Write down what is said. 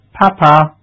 Papa